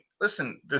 listen